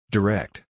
Direct